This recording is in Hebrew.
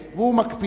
הוא רב ירושלמי,